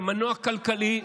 זה מנוע כללי,